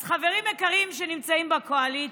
אז חברים יקרים שנמצאים בקואליציה,